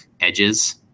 edges